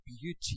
beauty